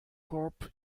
corps